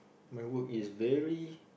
my work is very